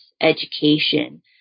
education